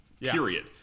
period